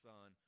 Son